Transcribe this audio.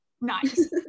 nice